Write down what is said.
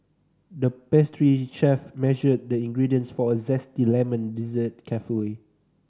the pastry chef measured the ingredients for a zesty lemon dessert carefully